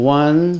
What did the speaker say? one